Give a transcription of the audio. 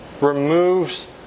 removes